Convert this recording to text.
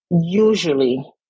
usually